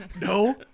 No